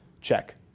check